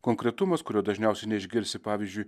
konkretumas kurio dažniausiai neišgirsi pavyzdžiui